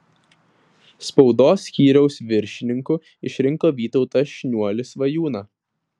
spaudos skyriaus viršininku išrinko vytautą šniuolį svajūną